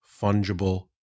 fungible